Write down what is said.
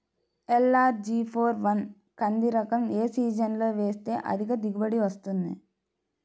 LRG four one కంది రకం ఏ సీజన్లో వేస్తె అధిక దిగుబడి వస్తుంది?